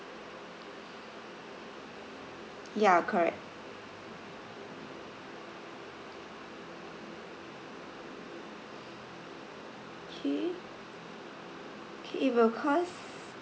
ya correct okay K it will cost